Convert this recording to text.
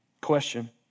Question